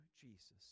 Jesus